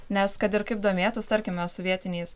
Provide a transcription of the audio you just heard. nes kad ir kaip domėtųs tarkime su vietiniais